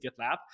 GitLab